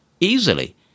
easily